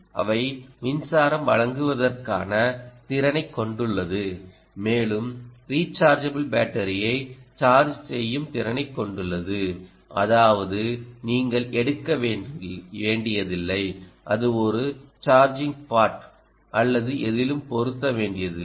அவை மின்சாரம் வழங்குவதற்கான திறனைக் கொண்டுள்ளது மேலும் ரிச்சார்ஜபிள் பேட்டரியை சார்ஜ் செய்யும் திறனைக் கொண்டுள்ளது அதாவது நீங்கள் எடுக்க வேண்டியதில்லை அதை ஒரு சார்ஜிங் பாட் அல்லது எதிலும் பொருத்த வேண்டியதில்லை